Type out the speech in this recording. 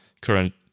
current